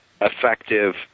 effective